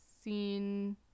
seen